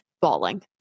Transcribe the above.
bawling